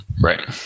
Right